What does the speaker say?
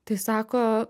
tai sako